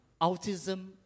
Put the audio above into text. autism